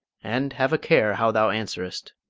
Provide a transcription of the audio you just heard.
and have a care how thou answerest.